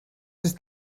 ist